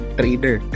trader